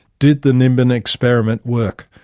did the nimbin experiment work?